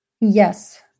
Yes